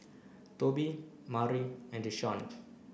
Tobie Mari and Desean